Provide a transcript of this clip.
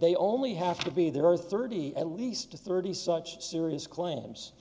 they only have to be there are thirty at least thirty such serious claims